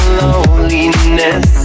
loneliness